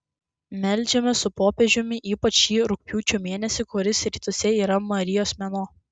meldžiamės su popiežiumi ypač šį rugpjūčio mėnesį kuris rytuose yra marijos mėnuo